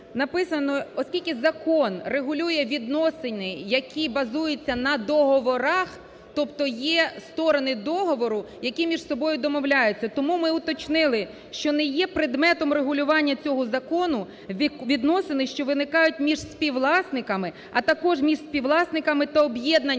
оскільки закон регулює відносини, які базуються на договорах, тобто, є сторони договору, які між собою домовляються. Тому ми уточнили, що "не є предметом регулювання цього закону відносини, що виникають між співвласниками, а також між співвласниками та об'єднанням